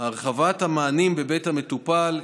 הרחבת המענים בבית המטופל,